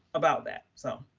about that. so